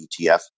ETF